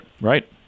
right